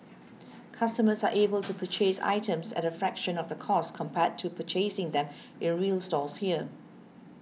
customers are able to purchase items at a fraction of the cost compared to purchasing them in real stores here